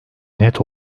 net